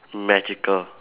magical